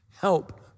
help